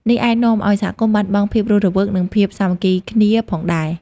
នេះអាចនាំឲ្យសហគមន៍បាត់បង់ភាពរស់រវើក និងភាពសាមគ្គីគ្នាផងដែរ។